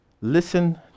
Listen